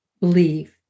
believe